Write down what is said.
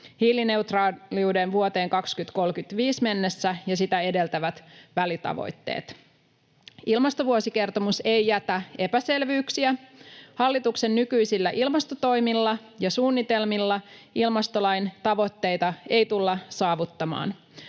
hiilineutraaliuden vuoteen 2035 mennessä ja sitä edeltävät välitavoitteet. Ilmastovuosikertomus ei jätä epäselvyyksiä. Hallituksen nykyisillä ilmastotoimilla ja ‑suunnitelmilla ilmastolain tavoitteita ei tulla saavuttamaan.